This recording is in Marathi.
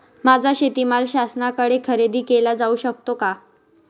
माझा शेतीमाल शासनाकडे खरेदी केला जाऊ शकतो का?